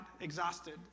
exhausted